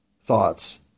thoughts